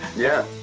yeah.